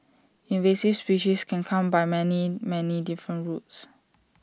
invasive species can come by many many different routes